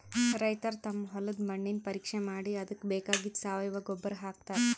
ರೈತರ್ ತಮ್ ಹೊಲದ್ದ್ ಮಣ್ಣಿನ್ ಪರೀಕ್ಷೆ ಮಾಡಿ ಅದಕ್ಕ್ ಬೇಕಾಗಿದ್ದ್ ಸಾವಯವ ಗೊಬ್ಬರ್ ಹಾಕ್ತಾರ್